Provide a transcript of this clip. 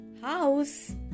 House